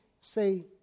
say